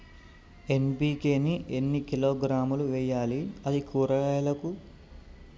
NPK ని ఎన్ని కిలోగ్రాములు వెయ్యాలి? అది కూరగాయలకు?